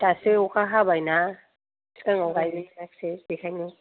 दासो अखा हाबाय ना सिगाङाव गायनो हायासै बेखायनो